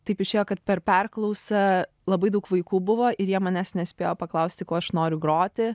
taip išėjo kad per perklausą labai daug vaikų buvo ir jie manęs nespėjo paklausti kuo aš noriu groti